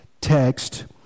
text